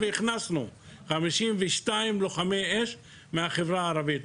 הכנסנו 52 לוחמי אש מהחברה הערבית.